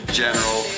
general